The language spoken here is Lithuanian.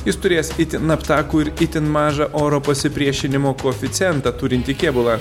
jis turės itin aptakų ir itin mažą oro pasipriešinimo koeficientą turintį kėbulą